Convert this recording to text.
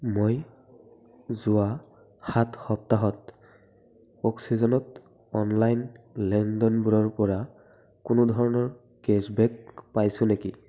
মই যোৱা সাত সপ্তাহত অক্সিজেনত অনলাইন লেনদেনবোৰৰ পৰা কোনো ধৰণৰ কেশ্ববেক পাইছোঁ নেকি